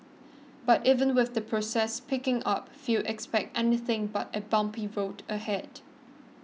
but even with the process picking up few expect anything but a bumpy road ahead